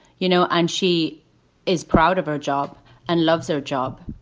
you know, and she is proud of her job and loves her job.